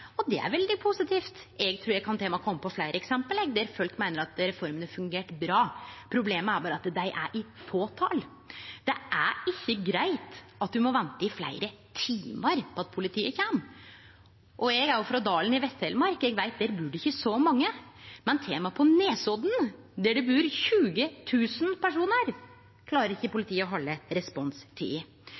Det er veldig positivt. Eg trur eg til og med kan kome på fleire eksempel der folk meiner at reforma har fungert bra. Problemet er berre at dei er i fåtal. Det er ikkje greitt at ein må vente i fleire timar på at politiet kjem. Eg er frå Dalen i Vest-Telemark, og eg veit at der bur det ikkje så mange, men til og med på Nesodden, der det bur 20 000 personar, klarer ikkje politiet å halde